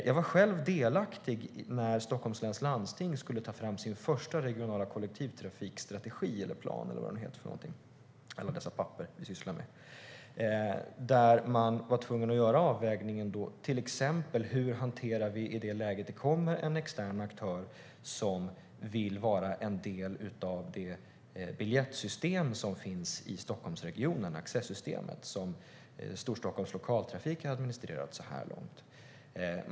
Jag var själv delaktig när Stockholms läns landsting skulle ta fram sin första regionala kollektivtrafikstrategi, kollektivtrafikplan eller vad alla dessa papper vi sysslar med nu heter. Där var man tvungen att göra avvägningen till exempel hur vi hanterar ett läge där det kommer en extern aktör som vill vara en del av det biljettsystem som finns i Stockholmsregionen, alltså Accessystemet som Storstockholms Lokaltrafik har administrerat så här långt.